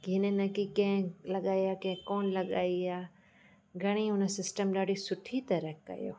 की इन खे कंहिं लॻाया कंहिं कोन लॻाया घणे ई उन सिस्टम ॾाढी सुठी तरह कयो